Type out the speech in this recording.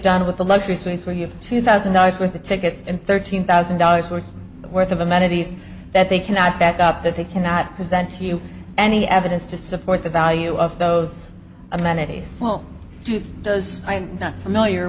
done with the luxury suites where you have two thousand dollars with the tickets and thirteen thousand dollars worth of worth of amenities that they cannot back up that they cannot present to you any evidence to support the value of those amenities does i'm not familiar